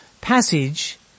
passage